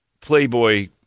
Playboy